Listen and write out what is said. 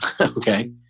okay